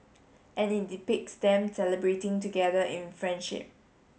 and it depicts them celebrating together in friendship